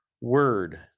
word